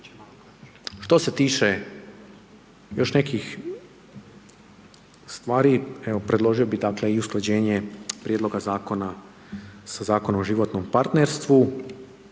Što se tiče, još nekih stvari, evo predložio bi dakle, usklađenje prijedloga zakona, sa Zakonom o državnom partnerstvu